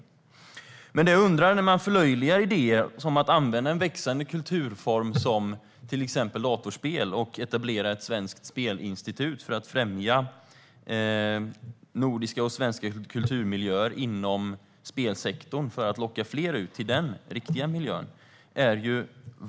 Jag undrar över en sak när ni förlöjligar idéer som att använda en växande kulturform som till exempel datorspel och etablera ett svenskt spelinstitut för att främja nordiska och svenska kulturmiljöer inom spelsektorn för att locka ut fler till den riktiga miljön.